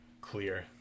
clear